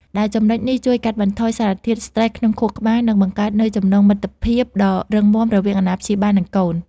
ដែលចំណុចនេះជួយកាត់បន្ថយសារធាតុស្ត្រេសក្នុងខួរក្បាល និងបង្កើតនូវចំណងមិត្តភាពដ៏រឹងមាំរវាងអាណាព្យាបាល និងកូន។